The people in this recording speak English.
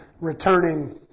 returning